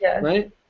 right